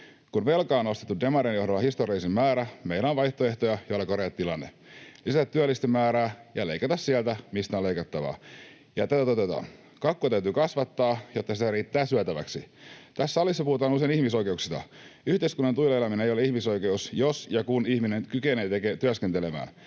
Kun velkaa on nostettu demarien johdolla historiallinen määrä, meillä on vaihtoehtoja, joilla korjata tilanne: lisätä työllisten määrää ja leikata sieltä, mistä on leikattavaa, ja tätä toteutetaan. Kakkua täytyy kasvattaa, jotta sitä riittää syötäväksi. Tässä salissa puhutaan usein ihmisoikeuksista. Yhteiskunnan tuilla eläminen ei ole ihmisoikeus, jos ja kun ihminen kykenee työskentelemään.